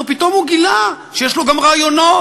פתאום הוא גילה שיש לו גם רעיונות,